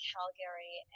Calgary